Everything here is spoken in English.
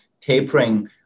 tapering